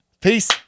Peace